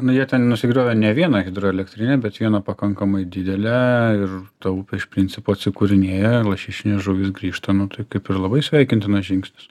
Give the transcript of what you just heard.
nu jie ten nusigriovė ne vieną hidroelektrinę bet vieną pakankamai didelę ir ta upė iš principo atsikūrinėja lašišinės žuvys grįžta nu tai kaip ir labai sveikintinas žingsnis